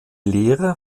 lehre